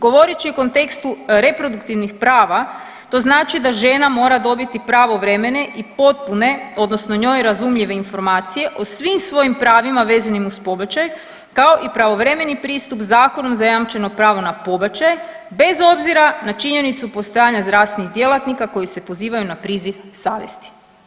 Govoreći u kontekstu reproduktivnih prava, to znači da žena mora dobiti pravovremen i potpune odnosno njoj razumljive informacije o svim svojim pravima vezanim uz pobačaj kao i pravovremeni pristup zakonom zajamčeno pravo na pobačaj, bez obzira na činjenicu postojanja zdravstvenih djelatnika koji se pozivaju na priziv savjesti.